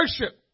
worship